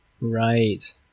right